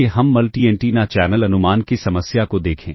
आइए हम multi antenna channel अनुमान की समस्या को देखें